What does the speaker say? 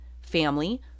family